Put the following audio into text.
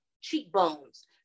cheekbones